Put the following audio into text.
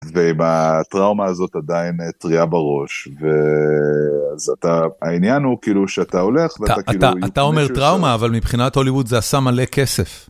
ו...ב... טראומה הזאת עדיין טריה בראש, ו...אז אתה... העניין הוא כאילו שאתה הולך ואתה כאילו... אתה אומר טראומה אבל מבחינת הוליווד זה עשה מלא כסף.